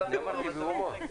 אמרתי בהומור.